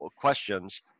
questions